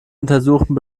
untersuchen